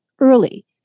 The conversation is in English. early